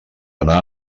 anar